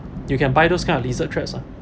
you can buy those kind of lizard traps ah